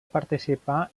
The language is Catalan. participà